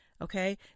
Okay